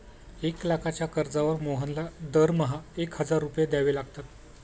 एक लाखाच्या कर्जावर मोहनला दरमहा एक हजार रुपये द्यावे लागतात